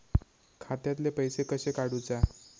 खात्यातले पैसे कशे काडूचा?